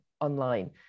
online